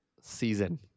season